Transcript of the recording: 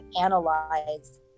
analyze